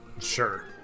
Sure